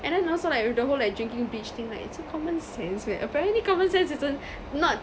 and then also like with the whole like drinking bleach thing like it's a common sense kan apparently common sense isn't not